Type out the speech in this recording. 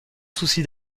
souci